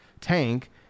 tank